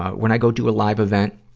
when i go do a live event,